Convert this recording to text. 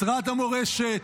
משרד המורשת,